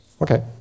Okay